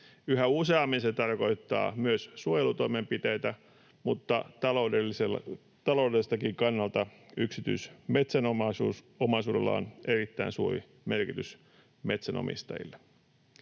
Yhä useammin se tarkoittaa myös suojelutoimenpiteitä, mutta taloudelliseltakin kannalta yksityisellä metsäomaisuudella on erittäin suuri merkitys metsänomistajille.